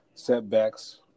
setbacks